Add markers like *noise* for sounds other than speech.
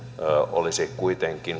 on kuitenkin *unintelligible*